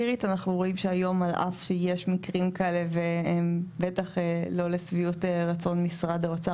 אנחנו רואים שעל אף שיש מקרים כאלה והם בטח לא לשביעות משרד האוצר,